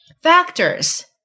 factors